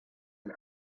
ein